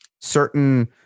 certain